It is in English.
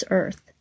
earth